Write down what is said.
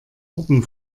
orden